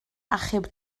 achub